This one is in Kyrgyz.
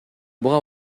буга